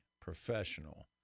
professional